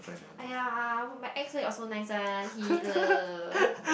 !aiya! uh my ex where got so nice one he